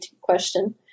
Question